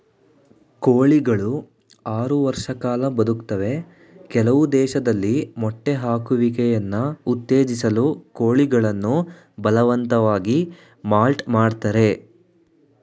ಕೋಳಿಗಳು ಆರು ವರ್ಷ ಕಾಲ ಬದುಕ್ತವೆ ಕೆಲವು ದೇಶದಲ್ಲಿ ಮೊಟ್ಟೆ ಹಾಕುವಿಕೆನ ಉತ್ತೇಜಿಸಲು ಕೋಳಿಗಳನ್ನು ಬಲವಂತವಾಗಿ ಮೌಲ್ಟ್ ಮಾಡ್ತರೆ